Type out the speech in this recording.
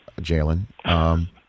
Jalen